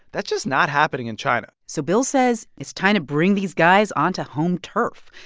that's just not happening in china so bill says it's time to bring these guys onto home turf.